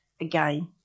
again